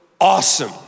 awesome